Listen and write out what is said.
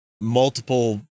multiple